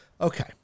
Okay